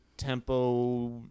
tempo